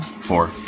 four